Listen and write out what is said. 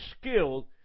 skilled